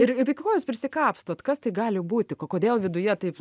ir ir iki ko jūs prisikapstot kas tai gali būti ko kodėl viduje taip